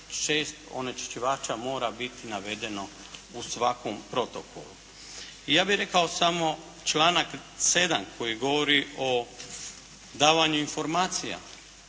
86 onečišćivača mora biti navedeno u svakom protokolu. I ja bih rekao samo članak 7. koji govori o davanju informacija.